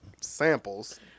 Samples